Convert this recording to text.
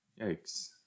yikes